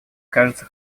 кажется